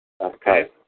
Okay